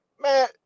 Man